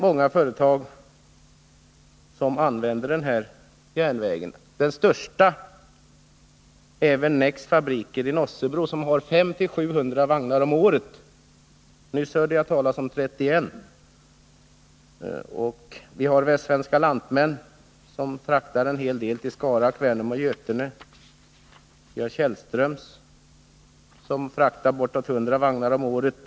Många företag använder denna järnväg. Det största är nog Necks Verkstäder AB med fabriker i Nossebro, som fraktar med 500-700 vagnar om året — det kan jämföras med de 31 vagnar, som vi nyss hörde talas om. Västsvenska Lantmän fraktar en hel del till Skara, Kvänum och Götene, och vidare har vi Kjellströms Mek. Verkstad AB, som fraktar med bortåt 100 vagnar om året.